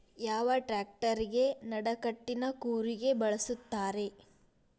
ಯಾವ ಟ್ರ್ಯಾಕ್ಟರಗೆ ನಡಕಟ್ಟಿನ ಕೂರಿಗೆ ಬಳಸುತ್ತಾರೆ?